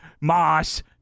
Moss